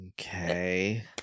Okay